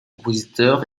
compositeur